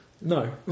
No